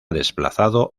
desplazado